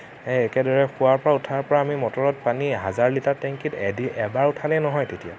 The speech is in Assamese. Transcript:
সেয়াই একেদৰে শোৱাৰ পৰা উঠাৰ পৰা মটৰত পানী হাজাৰ লিটাৰ টেংকীত এদিন এবাৰ উঠালেই নহয় তেতিয়া